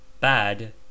Bad